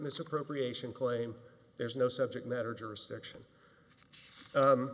misappropriation claim there's no subject matter jurisdiction